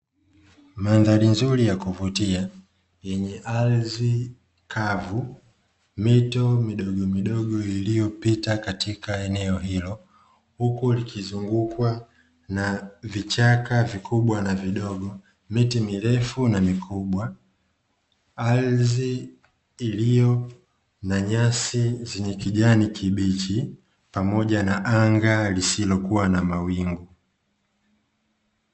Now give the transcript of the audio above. Mandhari nzuri ya kuvutia yenye ardhi kavu mito midogomidogo, iliyopita katika eneo hilo huku likizungukwa na vichaka vikubwa na vidogo, miti mirefu na mikubwa, ardhi iliyo na nyasi zenye kijani kibichi, pamoja na anga lisilokuwa na mawingu.